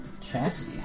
Chassis